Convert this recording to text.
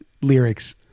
lyrics